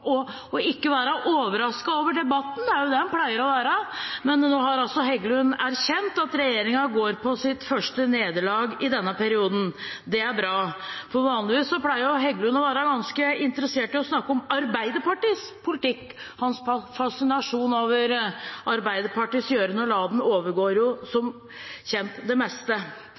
og ikke være overrasket over debatten. Det er jo det han pleier å være. Men nå har altså Heggelund erkjent at regjeringen går på sitt første nederlag i denne perioden. Det er bra, for vanligvis pleier Heggelund å være ganske interessert i å snakke om Arbeiderpartiets politikk. Hans fascinasjon for Arbeiderpartiets gjøren og laden overgår som kjent det meste.